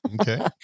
Okay